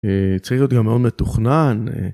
צריך להיות גם מאוד מתוכנן.